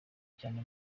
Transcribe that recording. cyane